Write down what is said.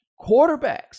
quarterbacks